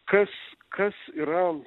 kas kas yra